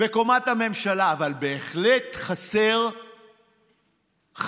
בקומת הממשלה, אבל בהחלט חסרים חדרים.